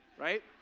Right